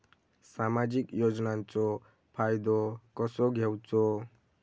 सामाजिक योजनांचो फायदो कसो घेवचो?